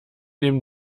neben